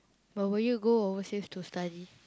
but will you go overseas to study